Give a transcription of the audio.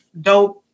dope